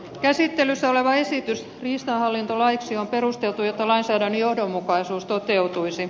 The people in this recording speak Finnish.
käsittelyssä oleva esitys riistahallintolaiksi on perusteltu jotta lainsäädännön johdonmukaisuus toteutuisi